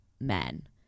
men